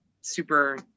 super